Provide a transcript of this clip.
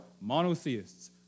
monotheists